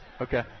Okay